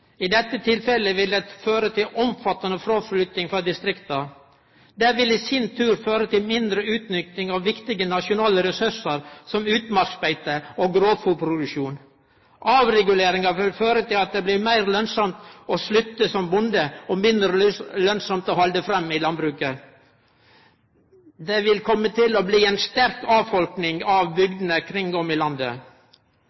I dette tilfellet vil det føre til omfattande fråflytting frå distrikta. Det vil i sin tur føre til mindre utnytting av viktige nasjonale ressursar som utmarksbeite og grovfôrproduksjon. Avreguleringa vil føre til at det blir meir lønsamt å slutte som bonde og mindre lønsamt å halde fram i landbruket. Det vil kome til å bli ei sterk avfolking av